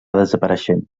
desapareixent